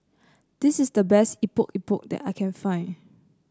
this is the best Epok Epok that I can find